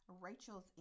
Rachel's